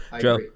joe